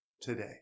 today